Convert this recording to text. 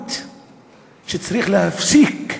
מדיניות שצריך להפסיק.